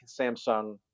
Samsung